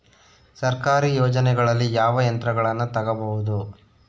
ಸರ್ಕಾರಿ ಯೋಜನೆಗಳಲ್ಲಿ ಯಾವ ಯಂತ್ರಗಳನ್ನ ತಗಬಹುದು?